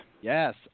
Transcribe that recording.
Yes